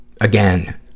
again